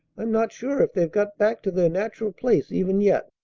i'm not sure if they've got back to their natural place even yet!